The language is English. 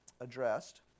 addressed